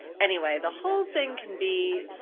anyway, the whole thing can be